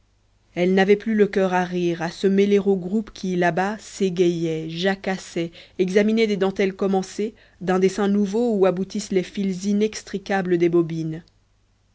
elle n'avait plus le coeur à rire à se mêler aux groupes qui là-bas s'égayaient jacassaient examinaient des dentelles commencées d'un dessin nouveau où aboutissent les fils inextricables des bobines